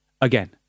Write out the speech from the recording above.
again